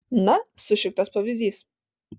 na sušiktas pavyzdys